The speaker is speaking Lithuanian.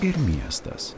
ir miestas